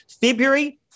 February